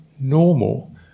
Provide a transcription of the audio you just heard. normal